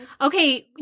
Okay